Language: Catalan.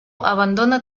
abandona